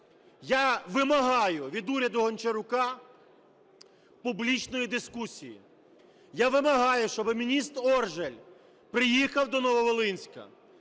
Я вимагаю від уряду Гончарука публічної дискусії. Я вимагаю, щоб міністр Оржель приїхав до Нововолинська.